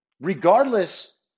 regardless